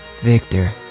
Victor